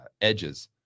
edges